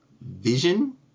vision